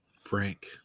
frank